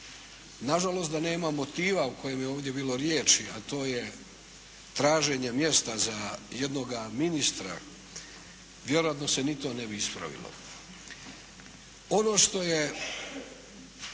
Nažalost da nema motiva o kojem je ovdje bilo riječi a to je traženje mjesta za jednoga ministra, vjerojatno se ni to ne bi ispravilo.